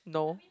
no